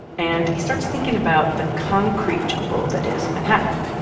and he starts thinking about the concrete jungle that is manhattan.